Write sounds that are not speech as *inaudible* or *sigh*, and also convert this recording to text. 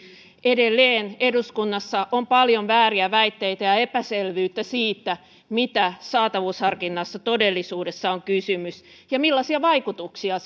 edelleen eduskunnassa on paljon vääriä väitteitä ja epäselvyyttä siitä mistä saatavuusharkinnassa todellisuudessa on kysymys ja millaisia vaikutuksia *unintelligible*